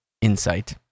insight